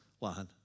line